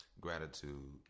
gratitude